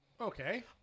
Okay